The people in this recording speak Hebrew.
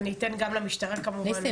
ניסים,